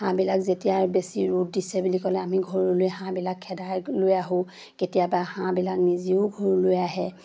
হাঁহবিলাক যেতিয়া বেছি ৰ'দ দিছে বুলি ক'লে আমি ঘৰলৈ হাঁহবিলাক খেদাই লৈ আহোঁ কেতিয়াবা হাঁহবিলাক নিজেও ঘৰলৈ আহে